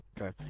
Okay